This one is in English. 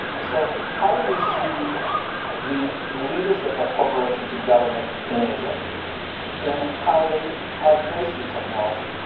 so how do we see the leadership of corporations and government in asia in how they how they see technology?